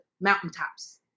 mountaintops